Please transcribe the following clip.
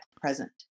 present